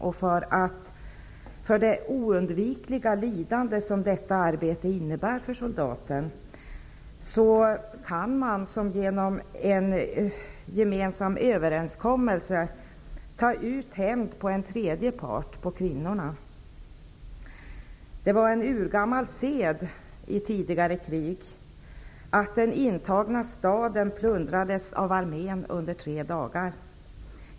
Genom det oundvikliga lidande som detta arbete innebär för soldaten kan man genom en gemensam överenskommelse ta ut hämnd på en tredje part, kvinnorna. Det var i tidigare krig en urgammal sed att den intagna staden plundrades av armén under tre dagar.